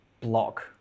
block